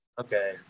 Okay